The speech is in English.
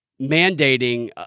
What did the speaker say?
mandating